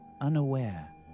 unaware